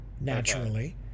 naturally